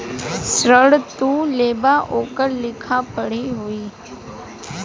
ऋण तू लेबा ओकर लिखा पढ़ी होई